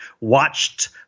watched